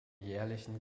jährlichen